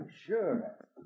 sure